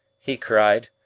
he cried.